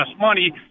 money